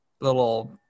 little